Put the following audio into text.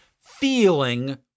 feeling